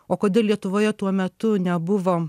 o kodėl lietuvoje tuo metu nebuvo